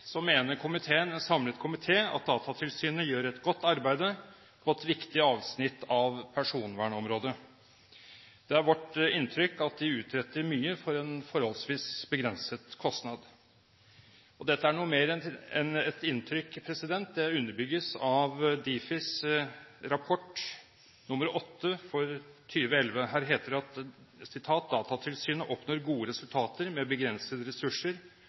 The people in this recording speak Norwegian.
så mener en samlet komité at Datatilsynet gjør et godt arbeid på et viktig avsnitt av personvernområdet. Det er vårt inntrykk at de uttretter mye for en forholdsvis begrenset kostnad. Dette er noe mer enn et inntrykk, det underbygges av Difis rapport nr. 8 for 2011. Her heter det: Datatilsynet oppnår gode resultater med begrensete ressurser.»